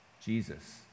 Jesus